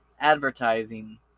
advertising